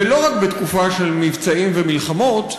ולא רק בתקופה של מבצעים ומלחמות,